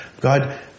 God